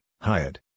Hyatt